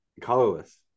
Colorless